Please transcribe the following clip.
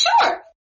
sure